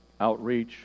outreach